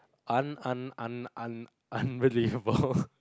un~ un~ un~ un~ unbelievable